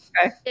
Okay